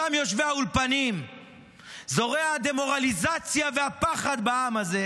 אותם יושבי האולפנים זורעי הדה-מורליזציה והפחד בעם הזה,